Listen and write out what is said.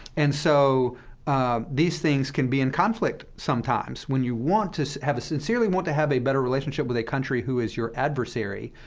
and so these things can be in conflict sometimes, when you want to have a sincerely want to have a better relationship with a country who is your adversary,